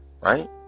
right